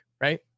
right